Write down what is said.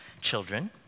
Children